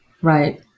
Right